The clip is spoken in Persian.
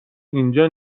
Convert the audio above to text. اینجا